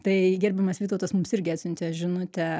tai gerbiamas vytautas mums irgi atsiuntė žinutę